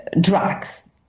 drugs